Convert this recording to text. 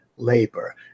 labor